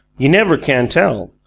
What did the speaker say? you never can tell.